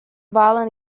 violent